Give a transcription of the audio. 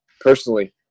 personally